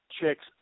chicks